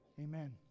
amen